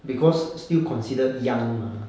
because still considered young mah